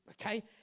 okay